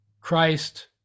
Christ